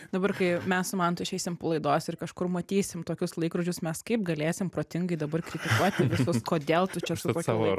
dabar kai mes su mantu išeisim po laidos ir kažkur matysim tokius laikrodžius mes kaip galėsim protingai dabar kritikuoti visus kodėl tu čia su kokiu laiku